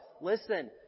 Listen